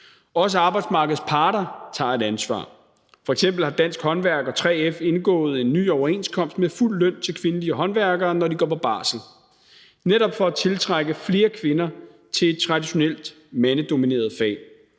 Også arbejdsmarkedets parter tager et ansvar. F.eks. har Dansk Håndværk og 3F indgået en ny overenskomst med fuld løn til kvindelige håndværkere, når de går på barsel – netop for at tiltrække flere kvinder til et traditionelt mandedomineret fag.